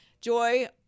Joy